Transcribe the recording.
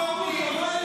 רפורמי,